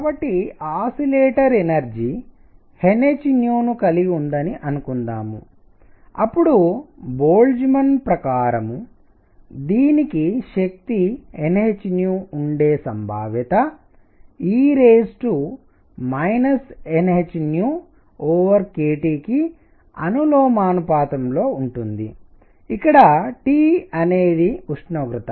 కాబట్టి oscillator energy nhను కలిగి ఉందని అనుకుందాం అప్పుడు బోల్ట్జ్మాన్ ప్రకారం దీనికి శక్తి nh ఉండే సంభావ్యత e nhkTకి అనులోమానుపాతంలో ఉంటుంది ఇక్కడ T అనేది ఉష్ణోగ్రత